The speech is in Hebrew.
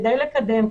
כדי לקדם,